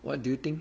what do you think